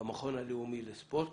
המכון הלאומי לספורט